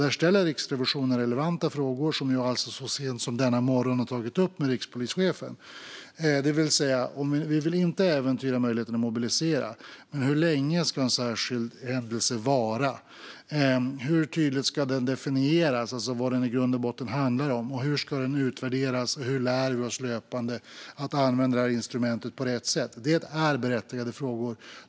Där ställer Riksrevisionen relevanta frågor, som jag alltså så sent som denna morgon har tagit upp med rikspolischefen. Vi vill inte äventyra möjligheten att mobilisera. Men hur länge ska en särskild händelse vara? Hur tydligt ska den definieras? Alltså vad handlar den i grund och botten om? Hur ska den utvärderas? Och hur lär vi oss löpande att använda detta instrument på rätt sätt? Det är berättigade frågor.